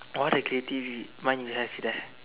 what a creative mind you have there